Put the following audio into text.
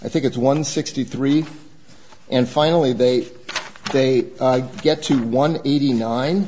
i think it's one sixty three and finally they they get to one eighty nine